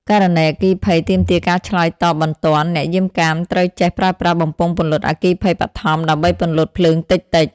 ករណីអគ្គិភ័យទាមទារការឆ្លើយតបបន្ទាន់ អ្នកយាមកាមត្រូវចេះ ប្រើប្រាស់បំពង់ពន្លត់អគ្គិភ័យបឋម ដើម្បីពន្លត់ភ្លើងតិចៗ។